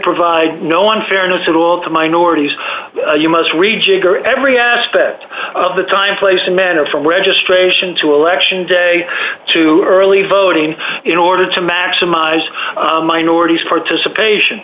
provide no unfairness at all to minorities you must rejigger every aspect of the time place and manner from registration to election day to early voting in order to maximize minorities participation